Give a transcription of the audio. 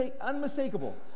unmistakable